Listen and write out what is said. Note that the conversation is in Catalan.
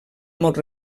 molt